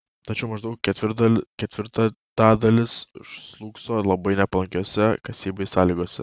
tačiau maždaug ketvirtadalis slūgso labai nepalankiose kasybai sąlygose